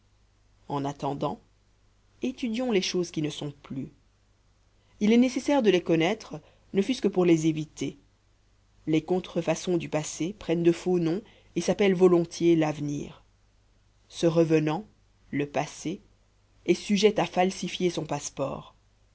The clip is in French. en attendant étudions les choses qui ne sont plus il est nécessaire de les connaître ne fût-ce que pour les éviter les contrefaçons du passé prennent de faux noms et s'appellent volontiers l'avenir ce revenant le passé est sujet à falsifier son passeport